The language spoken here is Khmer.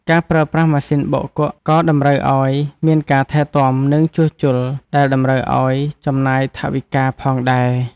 ការប្រើប្រាស់ម៉ាស៊ីនបោកគក់ក៏តម្រូវឱ្យមានការថែទាំ និងជួសជុលដែលត្រូវចំណាយថវិកាផងដែរ។